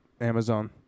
Amazon